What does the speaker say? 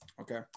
Okay